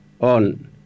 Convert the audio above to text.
on